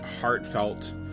heartfelt